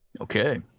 Okay